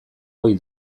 ohi